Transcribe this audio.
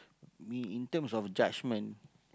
me in terms of judgement